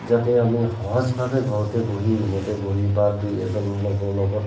যাতে আমি সহজভাৱে ঘৰতে বহি ৰুমতে বহি বা দুই এজন লগৰ লগত